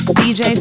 dj